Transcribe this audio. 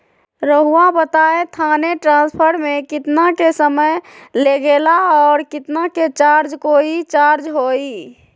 रहुआ बताएं थाने ट्रांसफर में कितना के समय लेगेला और कितना के चार्ज कोई चार्ज होई?